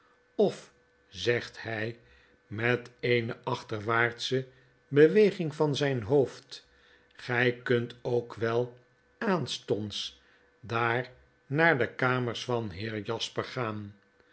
of zegt hy met eene achterwaartsche beweging van zyn hoofd gy kunt ook wel aanstonds daar naar de kamers van den heer jasper gaan